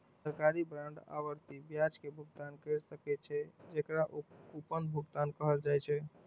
सरकारी बांड आवर्ती ब्याज के भुगतान कैर सकै छै, जेकरा कूपन भुगतान कहल जाइ छै